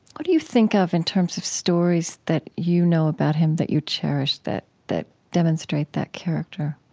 what do you think of in terms of stories that you know about him that you cherish that that demonstrate that character?